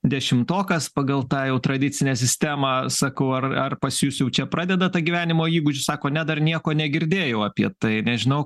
dešimtokas pagal tą jau tradicinę sistemą sakau ar ar pas jus jau čia pradeda tą gyvenimo įgūdžių sako ne dar nieko negirdėjau apie tai nežinau